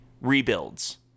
rebuilds